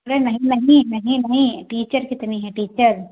अरे नहीं नहीं नहीं नहीं टीचर कितने हैं टीचर